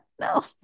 No